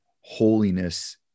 holiness